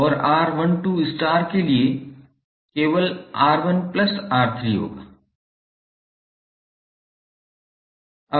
और R12 star के लिए केवल R1 प्लस R3 होगा